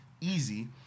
easy